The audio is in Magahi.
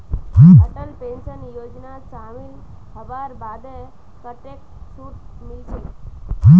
अटल पेंशन योजनात शामिल हबार बादे कतेक छूट मिलछेक